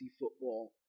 football